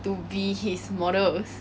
to be his models